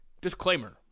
Disclaimer